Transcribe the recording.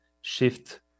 shift